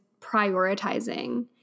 prioritizing